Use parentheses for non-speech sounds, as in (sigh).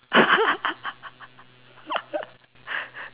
(laughs)